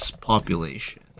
population